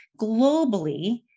globally